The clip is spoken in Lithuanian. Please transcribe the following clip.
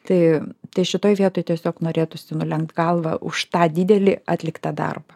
tai tai šitoj vietoj tiesiog norėtųsi nulenkt galvą už tą didelį atliktą darbą